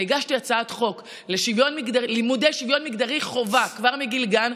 אני הגשתי הצעת חוק ללימודי שוויון מגדרי חובה כבר מגיל גן.